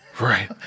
Right